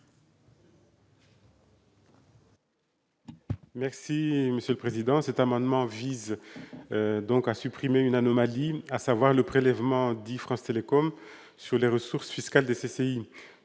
l'amendement n° I-197. Cet amendement vise à supprimer une anomalie, à savoir le prélèvement dit France Télécom sur les ressources fiscales des CCI.